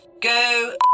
Go